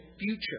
future